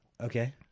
Okay